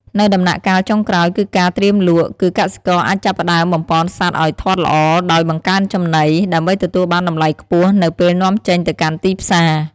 នៅដំណាក់កាលចុងក្រោយគឺការត្រៀមលក់ គឺកសិករអាចចាប់ផ្តើមបំប៉នសត្វឲ្យធាត់ល្អដោយបង្កើនចំណី ដើម្បីទទួលបានតម្លៃខ្ពស់នៅពេលនាំចេញទៅកាន់ទីផ្សារ។